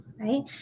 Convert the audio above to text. right